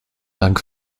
dank